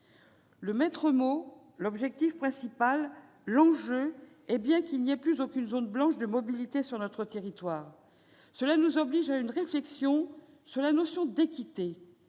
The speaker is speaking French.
Le maître mot, l'objectif principal, l'enjeu, c'est bien qu'il n'y ait plus aucune « zone blanche » de mobilité sur notre territoire. Voilà pourquoi nous devons engager une réflexion sur la notion d'équité,